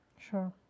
sure